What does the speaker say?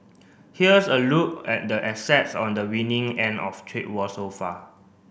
here's a look at the assets on the winning end of trade war so far